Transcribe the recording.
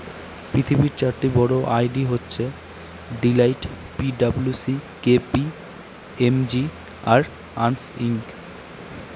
পৃথিবীর চারটি বড়ো অডিট হচ্ছে Deloitte P W C K P M G আর আর্নেস্ট ইয়ং